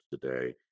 today